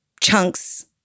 chunks